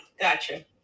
gotcha